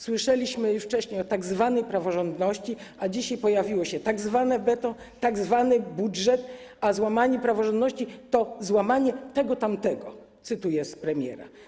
Słyszeliśmy już wcześniej o tzw. praworządności, a dzisiaj pojawiły się: tzw. weto, tzw. budżet, a złamanie praworządności to złamanie tego, tamtego - cytuję premiera.